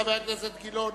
חבר הכנסת אילן גילאון,